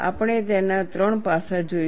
આપણે તેના ત્રણ પાસા જોઈશું